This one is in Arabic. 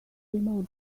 الماضي